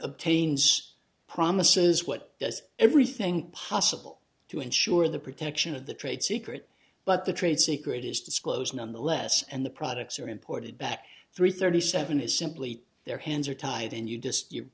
obtains promises what does everything possible to ensure the protection of the trade secret but the trade secret is disclosed nonetheless and the products are imported back three thirty seven is simply their hands are tied and you just